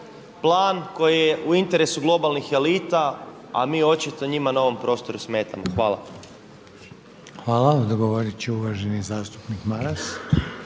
plan koji je u interesu globalnih elita, a mi očito njima na ovom prostoru smetamo. **Reiner, Željko (HDZ)** Hvala. Dogovorit će uvaženi zastupnik Maras.